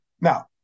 Now